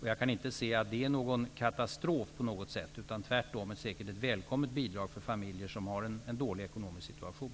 Jag kan inte se att det är någon katastrof på något sätt, utan tvärtom är det säkert ett välkommet bidrag för familjer som har en dålig ekonomisk situation.